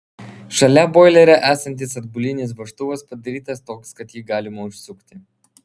šalia boilerio esantis atbulinis vožtuvas padarytas toks kad jį galima užsukti